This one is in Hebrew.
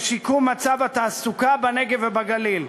לשיקום מצב התעסוקה בנגב ובגליל.